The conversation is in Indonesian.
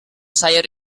sayur